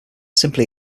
simply